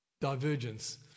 divergence